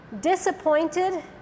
disappointed